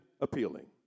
appealing